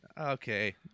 okay